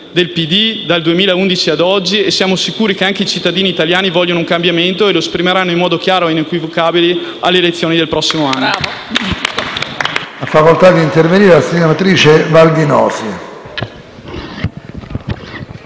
dal 2011 a oggi, e siamo sicuri che anche i cittadini italiani vogliano un cambiamento e lo esprimeranno in modo chiaro ed inequivocabile alle elezioni del prossimo anno.